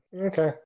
Okay